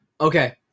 Okay